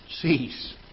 cease